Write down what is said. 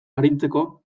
arintzeko